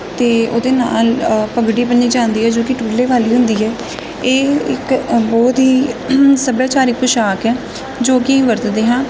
ਅਤੇ ਉਹਦੇ ਨਾਲ ਪਗੜੀ ਬੰਨ੍ਹੀ ਜਾਂਦੀ ਆ ਜੋ ਕਿ ਟੁਰਲੇ ਵਾਲੀ ਹੁੰਦੀ ਹੈ ਇਹ ਇੱਕ ਬਹੁਤ ਹੀ ਸੱਭਿਆਚਾਰਕ ਪੁਸ਼ਾਕ ਹੈ ਜੋ ਕਿ ਵਰਤਦੇ ਹਾਂ